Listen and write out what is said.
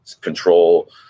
control